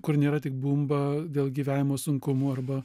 kur nėra tik bumba dėl gyvenimo sunkumų arba